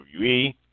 WWE